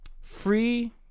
free